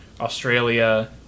Australia